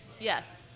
Yes